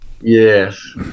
Yes